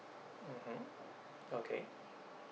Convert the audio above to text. mmhmm okay